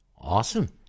Awesome